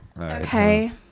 Okay